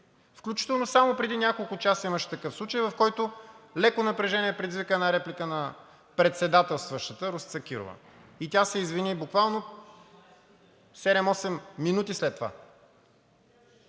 Включително само преди няколко часа имаше такъв случай, в който леко напрежение предизвика една реплика на председателстващата Росица Кирова, и тя се извини буквално седем – осем минути след това,